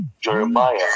Jeremiah